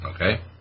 okay